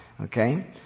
Okay